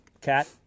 cat